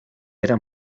era